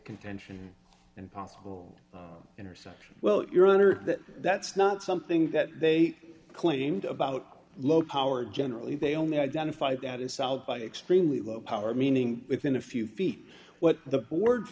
contention and possible intersection well your honor that that's not something that they claimed about low power generally they only identified that is solved by extremely low power meaning within a few feet what the board